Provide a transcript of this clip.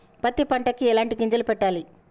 పత్తి పంటకి ఎలాంటి గింజలు పెట్టాలి?